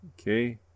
Okay